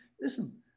listen